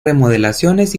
remodelaciones